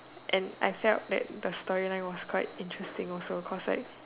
and I felt that the story line was quite interesting also cause like